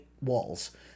walls